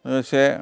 से